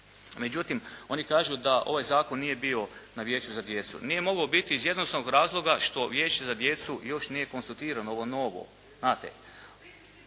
Međutim, oni kažu da ovaj zakon nije bio na Vijeću za djecu. Nije mogao biti iz jednostavnog razloga što Vijeće za djecu još nije konstatirano ovo novo.